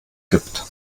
gibt